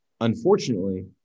unfortunately